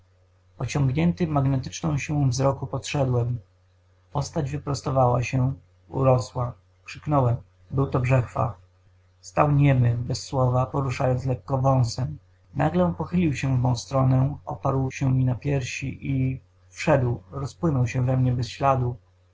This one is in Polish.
pociągnięty magnetyczną siłą wzroku podszedłem postać wyprostowała się urosła krzyknąłem był brzechwa stał niemy bez słowa poruszając lekko wąsem nagle pochylił się w mą stronę oparł się mi na piersi i wszedł rozpłynął się we mnie bez